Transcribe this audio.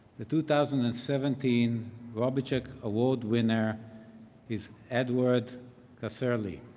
the two thousand and seventeen robicheck award winner is edward casserley.